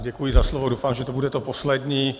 Děkuji za slovo, doufám, že to bude to poslední.